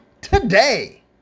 today